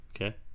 Okay